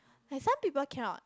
like some people cannot